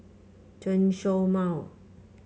Chen Show Mao